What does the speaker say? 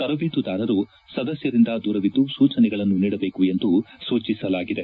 ತರಬೇತು ದಾರರು ಸದಸ್ಯರಿಂದ ದೂರವಿದ್ದು ಸೂಚನೆಗಳನ್ನು ನೀಡಬೇಕು ಎಂದು ಸೂಚಿಸಲಾಗಿದೆ